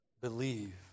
believe